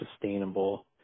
sustainable